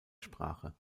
sprache